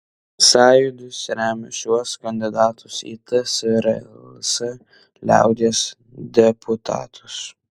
sąjūdis remia šiuos kandidatus į tsrs liaudies deputatus